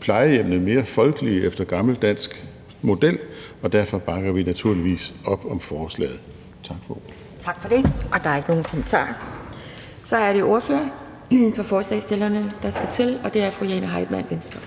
plejehjemmene mere folkelige efter gammel dansk model, og derfor bakker vi naturligvis op om forslaget. Tak for ordet. Kl. 12:52 Anden næstformand (Pia Kjærsgaard): Tak for det. Der er ikke nogen kommentarer. Så er det ordføreren for forslagsstillerne, der skal til, og det er fru Jane Heitmann, Venstre.